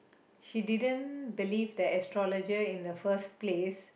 she didn't believe the astrologer in the first place